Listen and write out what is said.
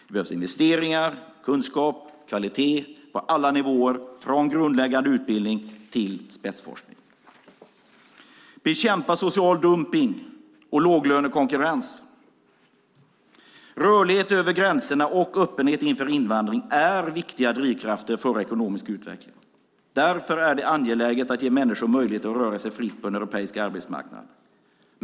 Det behövs investeringar, kunskap och kvalitet på alla nivåer från grundläggande utbildning till spetsforskning. Vi ska bekämpa social dumpning och låglönekonkurrens. Rörlighet över gränserna och öppenhet inför invandring är viktiga drivkrafter för ekonomisk utveckling. Därför är det angeläget att ge människor möjligheter att röra sig fritt på den europeiska arbetsmarknaden.